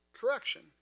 correction